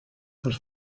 els